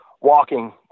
walking